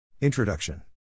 Introduction